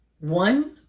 one